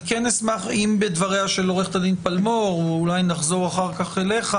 אני כן אשמח אם בדבריה של עו"ד פלמור או אולי נחזור אחר כך אליך